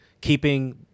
keeping